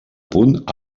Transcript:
punt